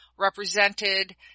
represented